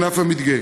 ענף המדגה.